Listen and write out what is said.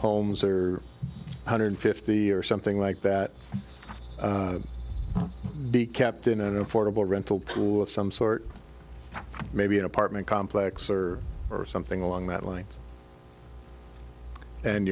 homes or hundred fifty or something like that be kept in an affordable rental pool of some sort maybe an apartment complex or something along that line and